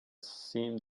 seemed